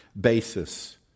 basis